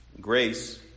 Grace